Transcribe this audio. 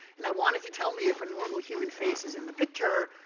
and i want it to tell me if a normal human face is in the picture.